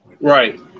Right